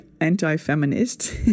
anti-feminist